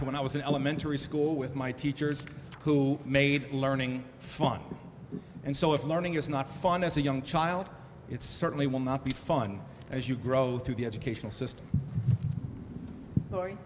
to when i was in elementary school with my teachers who made learning fun and so if learning is not fun as a young child it certainly will not be fun as you grow through the educational